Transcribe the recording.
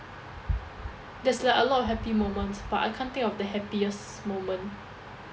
there's like a lot of happy moments but I can't think of the happiest moment